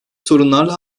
sorunlarla